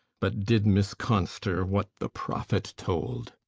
but did misconster what the prophet told.